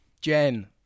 Jen